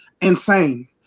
insane